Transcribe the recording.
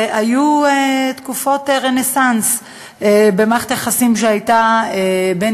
שהיו תקופות רנסנס במערכת היחסים בין